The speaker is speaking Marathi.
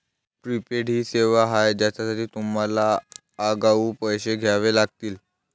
प्रीपेड ही सेवा आहे ज्यासाठी तुम्हाला आगाऊ पैसे द्यावे लागतील